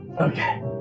Okay